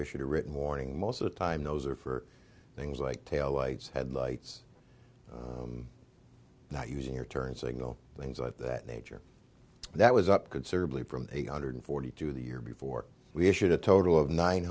issued a written warning most of the time those are for things like tail lights headlights not using your turn signal things like that nature that was up good certainly from eight hundred forty two the year before we issued a total of nine